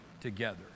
Together